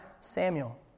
Samuel